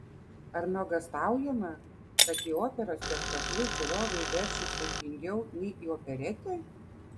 ar nuogąstaujama kad į operos spektaklius žiūrovai veršis saikingiau nei į operetę